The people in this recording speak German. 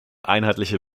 einheitliche